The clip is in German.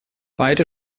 beide